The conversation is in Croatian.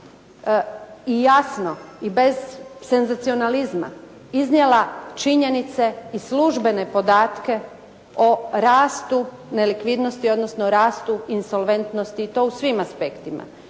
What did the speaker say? i jasno i bez senzacionalizma iznijela činjenice i službene podatke o rastu nelikvidnosti, odnosno rastu insolventnosti i to u svim aspektima,